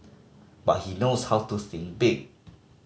but he knows how to think big